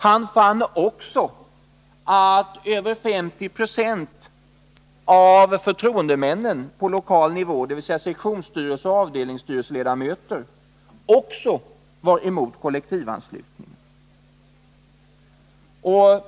Han fann också att över 50 70 av förtroendemännen på lokal nivå, dvs. sektionsstyrelseoch avdelningsstyrelseledamöter, också var emot kollektivanslutningen.